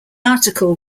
article